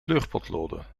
kleurpotloden